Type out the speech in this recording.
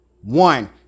One